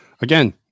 again